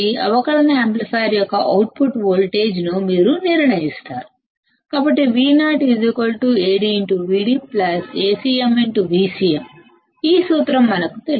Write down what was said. అవకలన యాంప్లిఫైయర్ యొక్క output voltage ని మీరు నిర్ణయిస్తారు కాబట్టి VoAdVd AcmVcmఈ సూత్రం మనకి తెలుసు